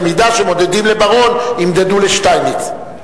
במידה שמודדים לבר-און ימדדו לשטייניץ.